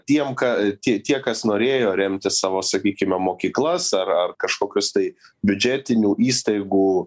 tiem ka tie tie kas norėjo remti savo sakykime mokyklas ar ar kažkokius tai biudžetinių įstaigų